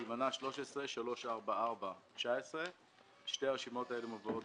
סימנה: 13-344-19. שתי הרשימות האלו מובאות